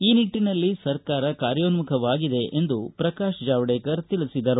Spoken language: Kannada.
ಈ ನಿಟ್ಟಿನಲ್ಲಿ ಸರ್ಕಾರ ಕಾರ್ಯೋನ್ನುಖವಾಗಿದೆ ಎಂದು ಪ್ರಕಾಶ್ ಜಾವಡೇಕರ್ ತಿಳಿಸಿದರು